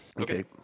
Okay